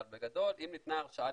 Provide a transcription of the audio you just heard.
אבל בגדול אם ניתנה הרשאה